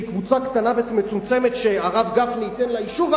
קבוצה קטנה ומצומצמת שהרב גפני ייתן לה אישור?